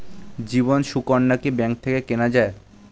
জীবন সুকন্যা কি ব্যাংক থেকে কেনা যায়?